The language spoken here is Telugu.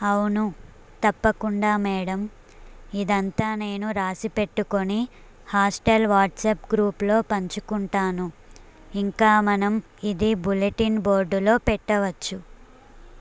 అవును తప్పకుండా మేడమ్ ఇదంతా నేను రాసి పెట్టుకొని హాస్టల్ వాట్సప్ గ్రూప్లో పంచుకుంటాను ఇంకా మనం ఇది బులెటిన్ బోర్డులో పెట్టవచ్చు